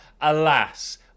alas